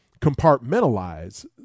compartmentalize